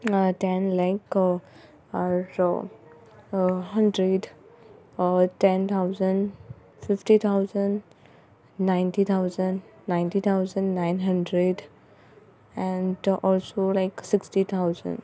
ten lakh are hundred ten thousand fifty thousand ninety thousand ninety thousand nine hundred and also like sixty thousand